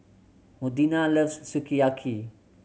Modena loves Sukiyaki